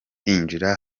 hinjira